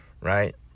right